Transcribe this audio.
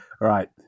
Right